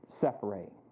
separate